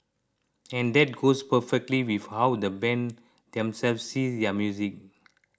and that goes perfectly with how the band themselves see their music